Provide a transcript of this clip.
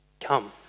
Come